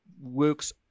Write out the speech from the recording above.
works